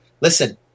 Listen